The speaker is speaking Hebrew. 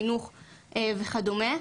חינוך וכדומה.